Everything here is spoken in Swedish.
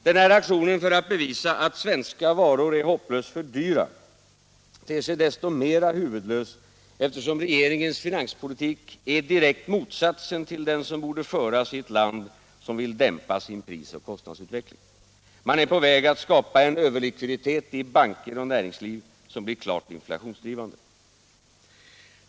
Den här aktionen för att bevisa att svenska varor är hopplöst för dyra ter sig så mycket mer huvudlös som regeringens finanspolitik är direkt motsatsen till den som borde föras i ett land som vill dämpa sin prisoch kostnadsutveckling. Man är på väg att skapa en överlikviditet i banker och näringsliv som blir klart inflationsdrivande.